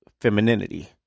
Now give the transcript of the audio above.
femininity